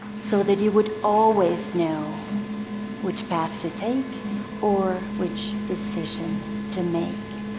so that you would always know which path to take or which decision to make.